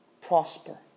prosper